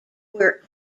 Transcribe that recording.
were